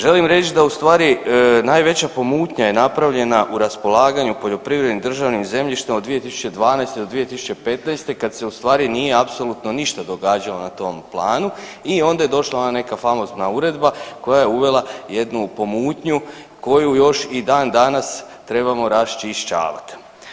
Želim reć da ustvari najveća pomutnja je napravljena u raspolaganju poljoprivrednim državnim zemljištem od 2012.-2015. kad se u stvari nije apsolutno ništa događalo na tom planu i onda je došla ona neka famozna uredba koja je uvela jednu pomutnju koju još i dan danas trebamo raščišćavat.